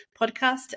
Podcast